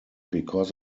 because